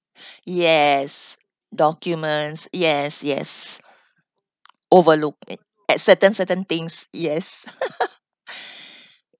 yes documents yes yes overlooked at at certain certain things yes